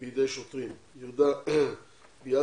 בידי שוטרים, יהודה בידגה